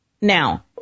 Now